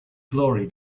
glory